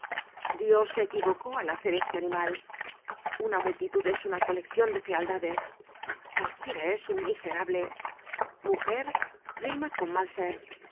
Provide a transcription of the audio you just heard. dios se equivocó al hacer este animal una multitud es una coleccion de fealdades cualquiera es un miserable mujer rima con mal ser